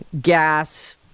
gas